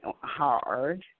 hard